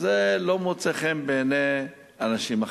זה לא מוצא חן בעיני אנשים אחרים.